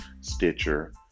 Stitcher